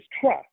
trust